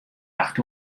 acht